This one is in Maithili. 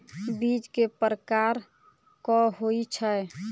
बीज केँ प्रकार कऽ होइ छै?